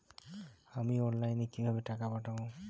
আমি অনলাইনে কিভাবে টাকা পাঠাব?